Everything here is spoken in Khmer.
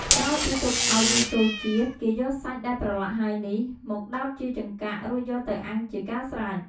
ក្រោយពីទុកឱ្យវាចូលជាតិ គេយកសាច់ដែលប្រឡាក់ហើយនេះ មកដោតជាចង្កាក់ រួចយកវាទៅអាំងជាការស្រេច។